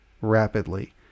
rapidly